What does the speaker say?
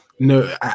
No